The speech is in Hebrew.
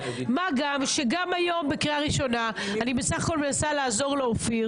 מה גם שהיום ואני בסך הכול מנסה לעזור לאופיר